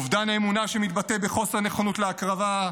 אובדן אמונה שמתבטא בחוסר נכונות להקרבה,